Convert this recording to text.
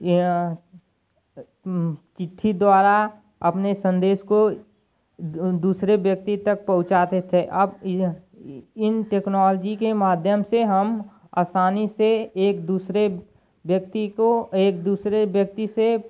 यह चिट्ठी द्वारा अपने संदेश को दूसरे व्यक्ति तक पहुँचाते थे अब यह इन टेक्नॉलजी के माध्यम से हम असानी से एक दूसरे व्यक्ति को एक दूसरे व्यक्ति से